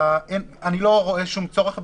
אני לא רואה שום צורך בזה.